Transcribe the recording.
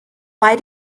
why